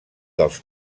dels